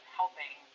helping